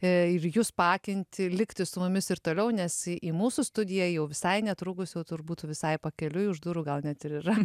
ir jus paakinti likti su mumis ir toliau nes į mūsų studiją jau visai netrukus jau turbūt visai pakeliui už durų gal net ir yra